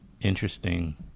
interesting